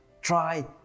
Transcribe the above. try